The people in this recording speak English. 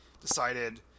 decided